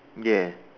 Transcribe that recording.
ya